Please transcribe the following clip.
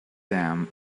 them